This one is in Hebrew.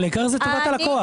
העיקר זה טובת הלקוח.